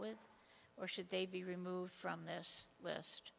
with or should they be removed from this list